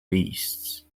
beasts